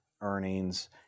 earnings